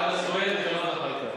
חנא סוייד וג'מאל זחאלקה,